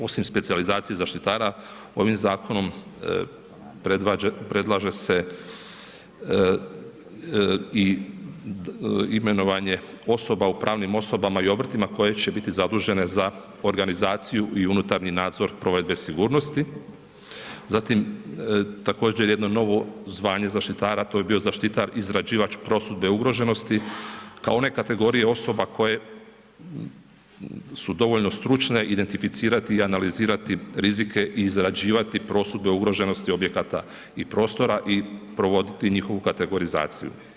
Osim specijalizacije zaštitara ovim zakonom predlaže se i imenovanje osoba, u pravnim osobama i obrtima koje će biti zadužene za organizaciju i unutarnji nadzor provedbe sigurnosti, zatim također jedno novo zvanje zaštitara, to bi bio zaštitar i izrađivač prosudbe ugroženosti kao one kategorije osoba koje su dovoljno stručne, identificirati i analizirati rizike i izrađivati prosudbe ugroženosti objekata i prostora i provoditi njihovu kategorizaciju.